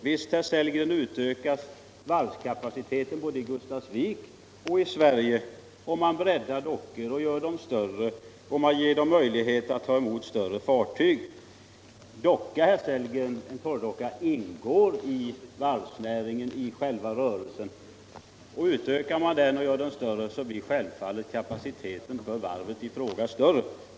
Visst utökas varvskapaciteten både i Gustafsvik och i Sverige totalt, herr Sellgren, om man breddar dockor, gör dem större och ger dem möjlighet att tå emot större fartyg. En torrdocka ingår i själva rörelsen inom varvsnäringen. Utökar man den blir självfallet kapaciteten för varvet i fråga större.